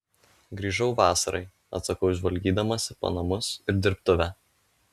grįžau vasarai atsakau žvalgydamasi po namus ir dirbtuvę